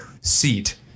seat